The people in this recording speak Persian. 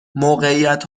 موقعیت